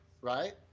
Right